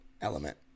element